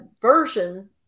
version